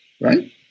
right